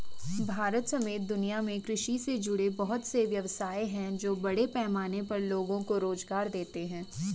भारत समेत दुनिया में कृषि से जुड़े बहुत से व्यवसाय हैं जो बड़े पैमाने पर लोगो को रोज़गार देते हैं